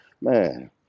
man